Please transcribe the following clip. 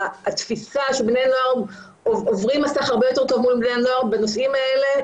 התפיסה שבני נוער עוברים מסך הרבה יותר טוב בנושאים האלה,